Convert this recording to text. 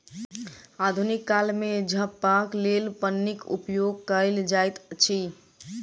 आधुनिक काल मे झपबाक लेल पन्नीक उपयोग कयल जाइत अछि